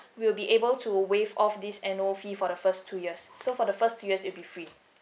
we'll be able to waive off this annual fee for the first two years so for the first two years it'll be free